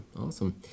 Awesome